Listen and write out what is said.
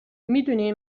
میدونی